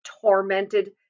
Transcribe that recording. tormented